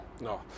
no